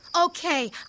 Okay